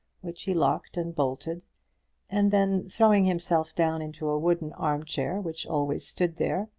which he locked and bolted and then, throwing himself down into a wooden arm-chair which always stood there,